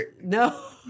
no